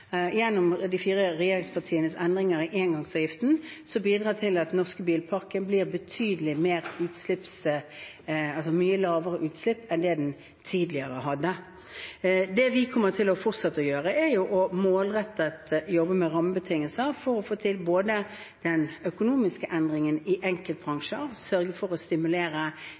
gjennom de fire regjeringspartienes endringer i engangsavgiften – som bidrar til at den norske bilparken har mye lavere utslipp enn det den tidligere hadde. Det vi kommer til å fortsette å gjøre, er å jobbe målrettet med rammebetingelser for å få til både den økonomiske endringen i enkeltbransjer, sørge for å stimulere